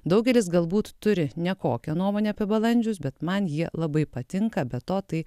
daugelis galbūt turi nekokią nuomonę apie balandžius bet man jie labai patinka be to tai